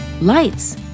lights